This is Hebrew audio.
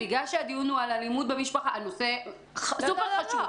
בגלל שהדיון הוא אלימות במשפחה הנושא סופר חשוב.